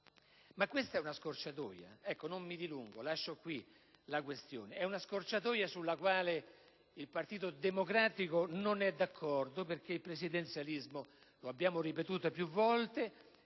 ma questa è una scorciatoia. Non mi dilungo, ma si tratta - ripeto - di una scorciatoia sulla quale il Partito Democratico non è d'accordo perché il presidenzialismo - l'abbiamo ripetuto più volte